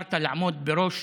נבחרת לעמוד בראש